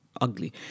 ugly